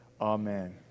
Amen